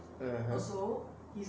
(uh huh)